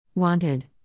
Wanted